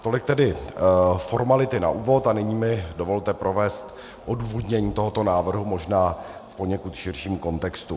Tolik tedy formality na úvod a nyní mi dovolte provést odůvodnění tohoto návrhu možná poněkud v širším kontextu.